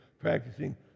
practicing